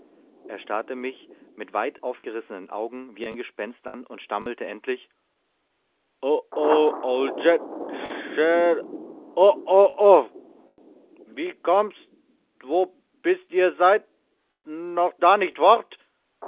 er starrte mich mit weit aufgerissenen augen wie ein gespenst an und stammelte endlich old old shat shat uff uff uff wie kommst wo bist ihr seid noch da nicht fort